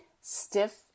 Stiff